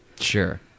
Sure